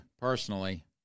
personally